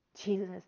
Jesus